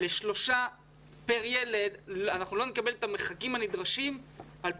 לא נקבל את המרחקים הנדרשים על פי